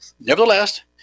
Nevertheless